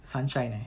sunshine eh